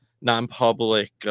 non-public